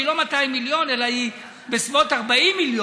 שהיא לא 200 מיליון אלא היא בסביבות 40 מיליון,